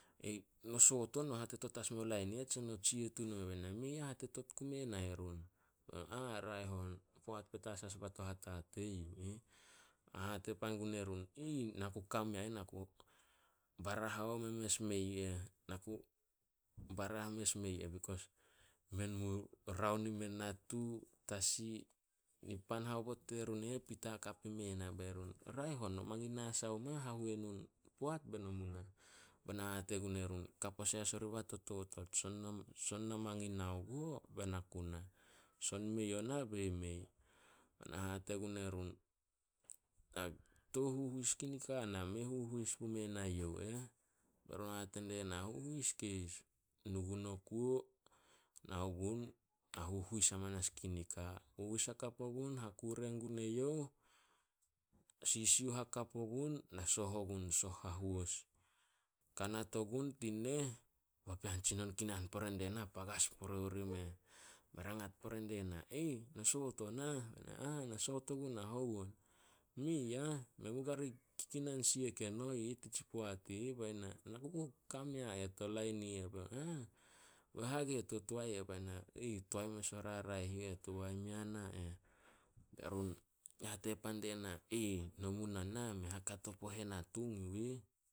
"No soot on, no hatetot as meo lain i eh tse no tsia tun omeh." Be na, "Mei a, hatetot gume nae run." "Raeh on." "Poat petas as bah to hatatei yu ih." Hate pan gun erun, "Na ku ka mea eh na ku barah haome mes meh yu eh- Na ku barah mes meh yu eh bekos, men mu raon imeh natu, tasi. Nipan haobot terun e eh, pita hakap ime na." Be run, "Raeh on, no mangin na sai oma hahuenu in poat be no mu nah." Be na hate gun erun, "Ka pose as oriba to totot. mangin nao guo, bae na ku nah. Son mei ona, bei mei." Bae na hate gun erun, "Na tou huhuis gun nika na, mei huhuis pume na youh eh." Hate die na "Huhuis keis." Nu gun o kuo, nao gun na huhuis amanas gui nika. Huhuis hakap, hakure gue youh, sisiuh hakap ogun na soh ougn. Soh hahois. Kanat ogun tin neh papean tsinon kinan pore die na pagas pore orimeh noise. Me rangat pore die ne. "No soot onah." "Na soot ogunah. Hou on?" "Mei ah, men mu kari kikinan siek eno ih tatsi poat i eh." Be na, "Na ka mea eh to kain i eh." Be youh, "Ba hage to Toae eh?" Bae na, "Toae mes o raraeh yu eh tuba i mea na eh. Be run hate pan die na, "Nomu na nah mei hakato puo henatung yu ih